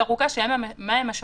תמיד זה יהיה במידה הדרושה.